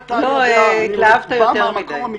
התלהבת יותר מדי.